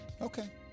okay